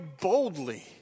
boldly